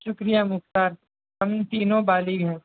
شکریہ مختار ہم تینوں بالغ ہیں